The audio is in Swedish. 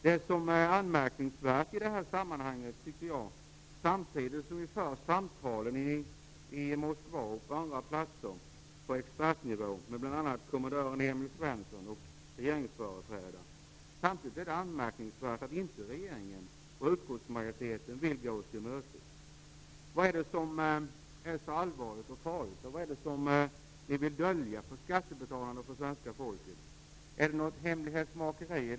Det som är anmärkningsvärt i detta sammanhang är att regeringen och utskottsmajoriten inte vill gå oss till mötes trots att det förs samtal på expertnivå i Moskva och på andra platser -- bl.a. med kommendören Emil Svensson och regeringsföreträdare. Vad är det som är så allvarligt och farligt? Vad är det ni vill dölja för skattebetalarna och för svenska folket? Är det något hemlighetsmakeri?